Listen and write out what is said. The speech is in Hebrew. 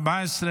התשפ"ד 2024,